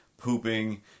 Pooping